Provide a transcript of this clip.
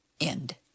End